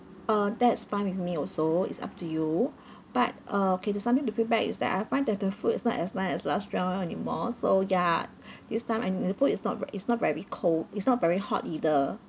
uh that's fine with me also it's up to you but uh okay there's something to feedback is that I find that the food is not as fine as last round anymore so ya this time and food is not ve~ is not very cold it's not very hot either